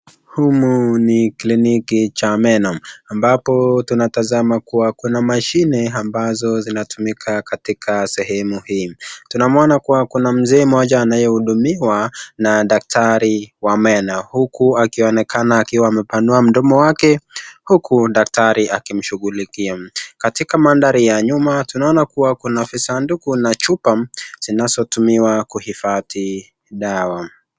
Humu ni kliniki cha meno ambapo tunatazama kuwa kuna mashini ambazo zinatumika katika sehemu hii, Tunamwona kuwa kuna mzee moja anaye hudumiwa na daktari wa meno huku akionekana akiwa amepanua mdomo wake huku daktari akimshughulikia, Katika mandhari ya nyuma tunaona kuwa kuna visanduku na chupa zinazotumiwa kuhifadhi dawa.